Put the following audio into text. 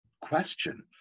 question